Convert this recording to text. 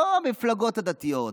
לא מהמפלגות הדתיות,